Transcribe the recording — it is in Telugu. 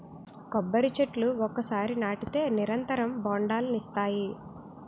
కొబ్బరి చెట్లు ఒకసారి నాటితే నిరంతరం బొండాలనిస్తాయి